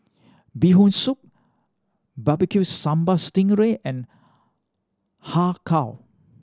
Bee Hoon Soup Barbecue Sambal sting ray and Har Kow